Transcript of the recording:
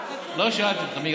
מיקי.